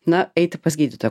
na eiti pas gydytoją